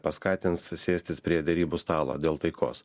paskatins sėstis prie derybų stalo dėl taikos